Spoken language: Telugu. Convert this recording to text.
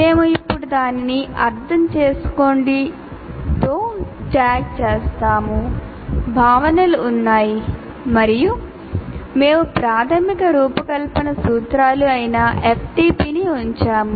మేము ఇప్పుడు దానిని "అర్థం చేసుకోండి అయిన FDP ని ఉంచాము